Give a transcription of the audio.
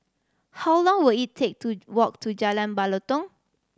how long will it take to walk to Jalan Batalong